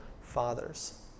fathers